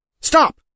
Stop